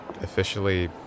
officially